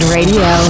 Radio